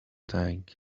tang